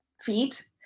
feet